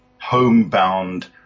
homebound